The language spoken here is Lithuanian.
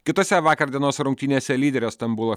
kitose vakar dienos rungtynėse lyderę stambulo